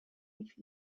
which